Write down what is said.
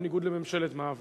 בניגוד לממשלת מעבר.